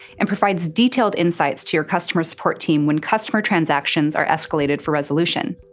and provides detailed insights to your customer support team when customer transactions are escalated for resolution.